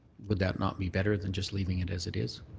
would that not be better than just leaving it as it is?